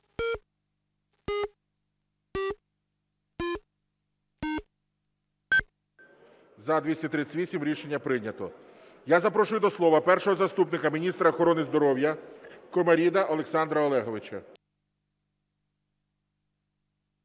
За-238 Рішення прийнято. Я запрошую до слова першого заступника міністра охорони здоров'я Комаріду Олександра Олеговича.